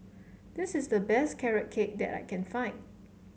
this is the best Carrot Cake that I can find